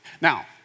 Now